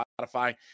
Spotify